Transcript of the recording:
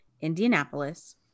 Indianapolis